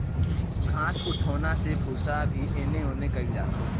घास उठौना से भूसा भी एने ओने कइल जाला